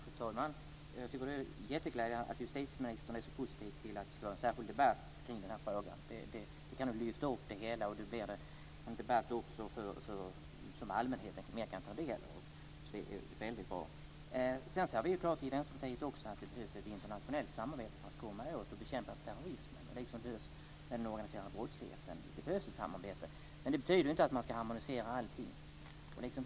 Fru talman! Jag tycker att det är glädjande att justitieministern är så positiv till att det ska vara en särskild debatt om den här frågan. Det kan lyfta upp det hela och bli en debatt som allmänheten kan ta del av. Vi tycker i Vänsterpartiet att det behövs ett internationellt samarbete för att komma åt och bekämpa terrorism, liksom det behövs mot den organiserade brottsligheten. Men det betyder inte att man ska harmonisera allting.